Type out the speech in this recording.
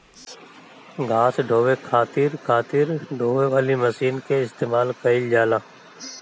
घास ढोवे खातिर खातिर ढोवे वाली मशीन के इस्तेमाल कइल जाला